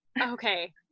Okay